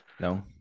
no